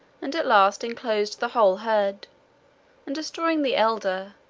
and at last enclosed the whole herd and destroying the elder,